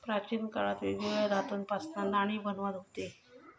प्राचीन काळात वेगवेगळ्या धातूंपासना नाणी बनवत हुते